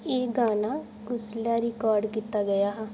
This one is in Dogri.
एह् गाना कुसलै रिकार्ड कीता गेआ हा